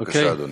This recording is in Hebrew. בבקשה, אדוני.